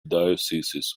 dioceses